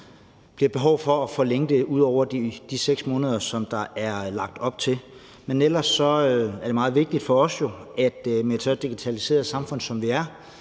bliver behov for at forlænge det ud over de 6 måneder, der er lagt op til. Ellers er det meget vigtigt for os, at der i et så digitaliseret samfund, som vi har,